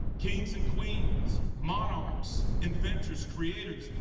kings and queens, monarchs, inventors, creators.